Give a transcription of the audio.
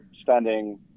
spending